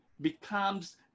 becomes